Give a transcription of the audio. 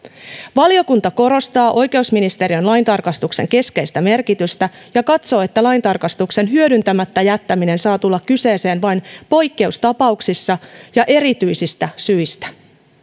valiokunta korostaa oikeusministeriön laintarkastuksen keskeistä merkitystä ja katsoo että laintarkastuksen hyödyntämättä jättäminen saa tulla kyseeseen vain poikkeustapauksissa ja erityisistä syistä